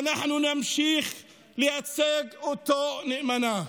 ואנחנו נמשיך לייצג אותו נאמנה.